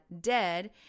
dead